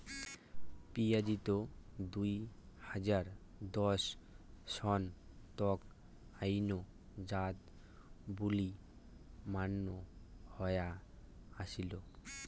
পিঁয়াজিত দুই হাজার দশ সন তক অইন্য জাত বুলি মান্য হয়া আছিল